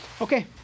Okay